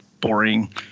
boring